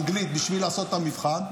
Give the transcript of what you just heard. אנגלית בשביל לעשות את המבחן,